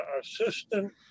assistant